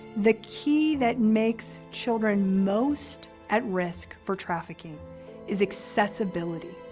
the key that makes children most at risk for trafficking is accessibility.